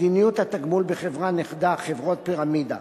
מדיניות התגמול בחברה-נכדה, חברות פירמידה.